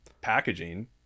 packaging